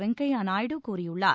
வெங்கையா நாயுடு கூறியுள்ளார்